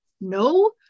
no